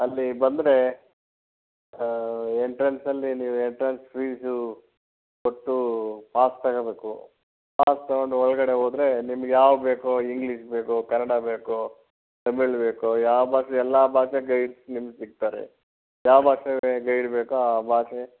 ಅಲ್ಲಿ ಬಂದರೆ ಎಂಟ್ರೆನ್ಸಲ್ಲಿ ನೀವು ಎಂಟ್ರೆನ್ಸ್ ಫೀಸು ಕೊಟ್ಟು ಪಾಸ್ ತಗೋಬೇಕು ಪಾಸ್ ತಗೊಂಡು ಒಳಗಡೆ ಹೋದರೆ ನಿಮಗೆ ಯಾವುದು ಬೇಕೋ ಇಂಗ್ಲೀಷ್ ಬೇಕೋ ಕನ್ನಡ ಬೇಕೋ ತಮಿಳು ಬೇಕೋ ಯಾವ ಭಾಷೆ ಎಲ್ಲ ಭಾಷೆ ಗೈಡ್ಸ್ ನಿಮಗೆ ಸಿಗ್ತಾರೆ ಯಾವ ಭಾಷೆ ಗೈಡ್ ಬೇಕೋ ಆ ಭಾಷೆ